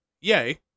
yay